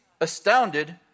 astounded